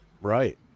Right